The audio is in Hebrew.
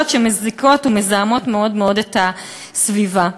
שמזיקות ומזהמות מאוד מאוד את הסביבה.